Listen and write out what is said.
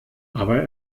aber